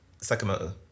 Sakamoto